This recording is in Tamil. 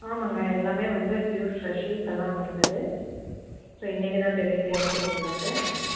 ஆமாம்ங்க எல்லாமே வந்து ப்யூர் ஃப்ரேஷ்ஷு இப்போ தான் வந்தது ஸோ இன்னைக்கு தான் டெலிவரி ஆச்சு எங்களுக்கு